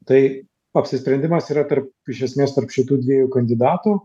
tai apsisprendimas yra tarp iš esmės tarp šitų dviejų kandidatų